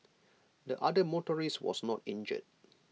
the other motorist was not injured